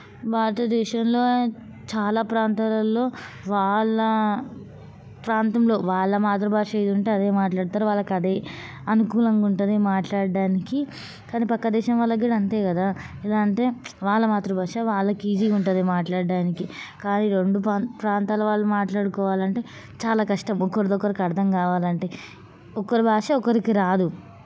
భారత దేశంలో చాలా ప్రాంతాలలో వాళ్ళ ప్రాంతంలో వాళ్ళ మాతృభాష ఏది ఉంటే అదే మాట్లాడతారు వాళ్ళకి అదే అనుకూలంగా ఉంటుంది మాట్లాడటానికి కానీ ప్రక్క దేశం వాళ్ళకి కూడా అంతే కదా ఎలా అంటే వాళ్ళ మాతృభాష వాళ్ళకి ఈజీగా ఉంటుంది మాట్లాడటానికి కానీ రెండు ప్రా ప్రాంతాల వాళ్ళు మాట్లాడుకోవాలంటే చాలా కష్టం ఒకరిది ఒకరికి అర్థం కావాలంటే ఒకరి భాష ఒకరికి రాదు